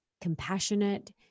compassionate